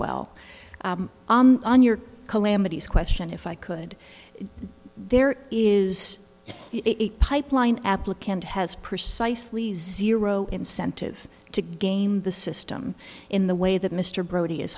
well on your calamities question if i could there is a pipeline applicant has precisely zero incentive to game the system in the way that mr brody is